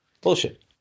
Bullshit